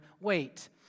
wait